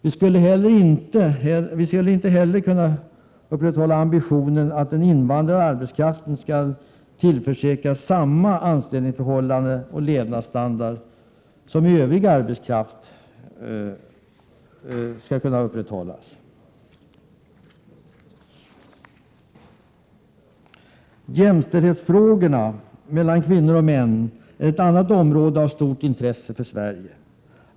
Vidare skulle inte heller ambitionen att den invandrande arbetskraften skall tillförsäkras samma anställningsförhållanden och levnadsstandard som övrig arbetskraft kunna upprätthållas. Jämställdheten mellan kvinnor och män är ett annat område av stort intresse för Sverige.